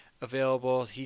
available